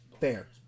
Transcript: fair